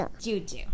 Juju